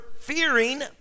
fearing